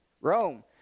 Rome